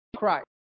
Christ